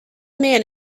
man